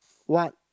what